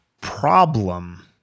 problem